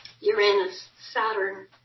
Uranus-Saturn